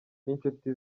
n’inshuti